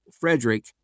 Frederick